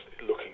looking